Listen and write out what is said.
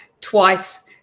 twice